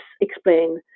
explain